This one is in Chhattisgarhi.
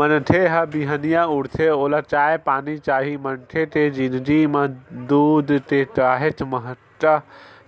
मनखे ह बिहनिया उठथे ओला चाय पानी चाही मनखे के जिनगी म दूद के काहेच महत्ता